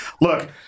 Look